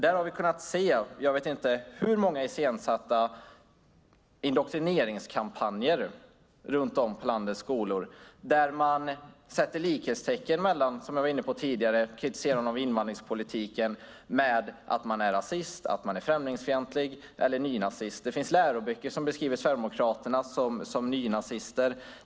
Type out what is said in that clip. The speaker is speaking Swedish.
Där har vi kunnat se jag vet inte hur många iscensatta indoktrineringskampanjer runt om på landets skolor, där man sätter likhetstecken mellan - vilket jag var inne på tidigare - kritiserande av invandringspolitiken och att man är rasist, främlingsfientlig eller nynazist. Det finns läroböcker som beskriver Sverigedemokraterna som nynazister.